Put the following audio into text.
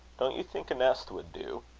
don't you think a nest would do?